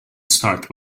start